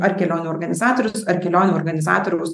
ar kelionių organizatorius ar kelionių organizatoriaus